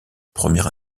première